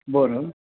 बरं